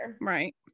right